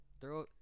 throw